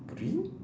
green